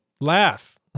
Laugh